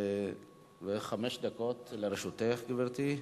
חמש דקות לרשותך, גברתי.